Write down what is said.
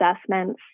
assessments